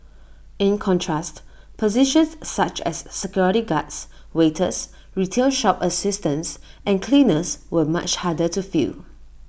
in contrast positions such as security guards waiters retail shop assistants and cleaners were much harder to fill